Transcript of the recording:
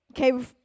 okay